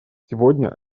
сегодня